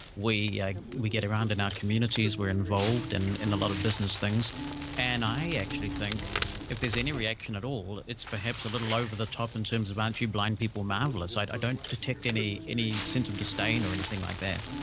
we yeah we get around in our communities, we're involved and in a lot of business things and i actually think if there's any reaction at all it's perhaps a little over the top in terms of aren't you blind people marvellous, i don't detect any any sense of disdain or anything like that.